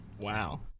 Wow